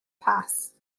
pass